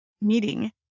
meeting